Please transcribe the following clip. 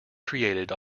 created